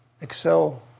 Excel